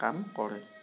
কাম কৰে